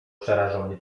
przerażony